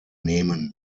nehmen